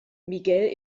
miguel